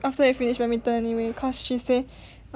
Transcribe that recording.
after we finish badminton anyway cause she say